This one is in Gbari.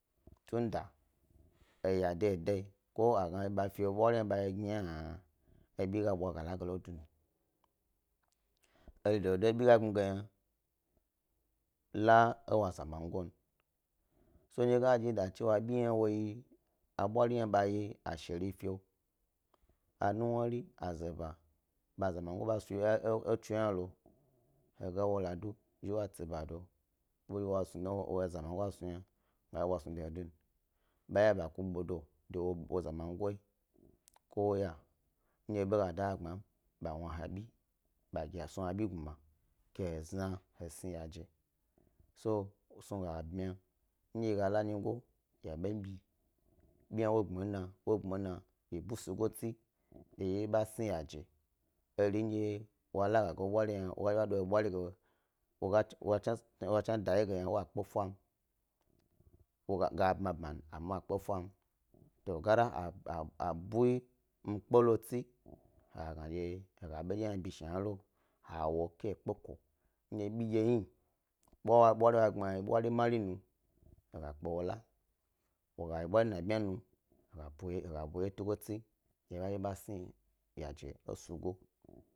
Tunda eya, de edayi a gna a fi ebwari lo gne, ebi ga bwa gala gelo dun. Eri dodo do ebi ga gni ge yna wa zamagoyi ba bwayi ge lodun, ndye he go dye, dye abwari hne bagi asheri fi, anuwnari, azeba, ɓa a zamago ba fi e etso hna lo. He ga wo lado ɓe wa zhi ɓa tsi bado ɓe wa zamangoyi a ɓesnuyna wa gozhi wo ɓe snu de hne do, ba eya ba ku ɓedo de wo zamango ko woya ndye eɓe gada he gbma, ba wna he bi, be snu ɓa guma, ke he zne he sni yaje so snug a bmiya ndye yi gala nyigo, ya ɓabi bi he wo gna ena wo gni ena, yi busugo tsi dye yi ɓa zhi yi sni yaje, eri ndye wa lag age ewo bwari gna dye w aba do yi bwaniye, wa chni wa hni chni da wye ge hne wa kpe fam, gab ma bma wu kpe fam tu gara a a ɓu mkpe lo tsi aga gnaɗye aɓedye bi shnanɗye hne lo a wok e kpe kondye bi ndye hni bwari wa gni lo yna yi bwari mari nu aga kpe wola gayi bwari labniyinu he gab u he ɗye tugo tsi dye he bazhi he sni yaje sugo.